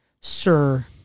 Sir